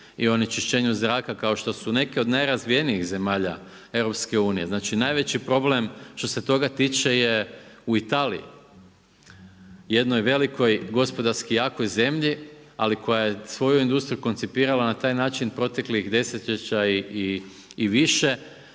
i onečišćenju zraka kao što su neke od najrazvijenijih zemalja EU, znači najveći problem što se toga tiče je u Italiji jednoj velikoj gospodarski jakoj zemlji, ali koja je svoju industriju koncipirala na taj način proteklih desetljeća i više